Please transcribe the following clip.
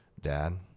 dad